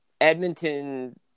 Edmonton